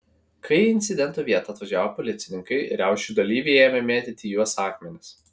kai į incidento vietą atvažiavo policininkai riaušių dalyviai ėmė mėtyti į juos akmenis